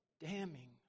damning